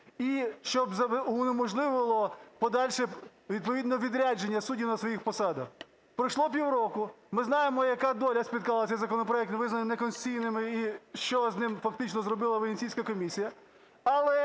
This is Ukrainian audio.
і що б унеможливило би подальше відповідне відрядження суддів на своїх посадах. Пройшло півроку. Ми знаємо, яка доля спіткала цей законопроект. Він визнаний неконституційним, і що з ним фактично зробила Венеційська комісія.